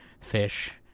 fish